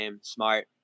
Smart